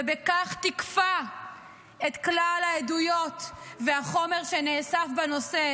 ובכך תיקפה את כלל העדויות והחומר שנאסף בנושא.